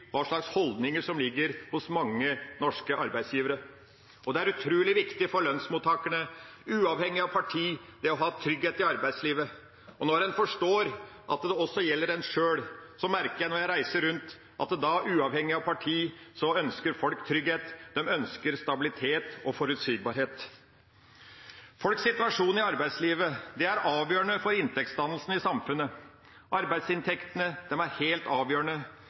hva slags holdninger som ligger hos mange norske arbeidsgivere, og det er utrolig viktig for lønnsmottakerne, uavhengig av parti, å ha trygghet i arbeidslivet. Når en forstår at det også gjelder en sjøl, merker jeg – når jeg reiser rundt – at uavhengig av parti ønsker folk trygghet, stabilitet og forutsigbarhet. Folks situasjon i arbeidslivet er avgjørende for inntektsdannelsen i samfunnet. Arbeidsinntektene er helt avgjørende,